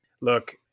Look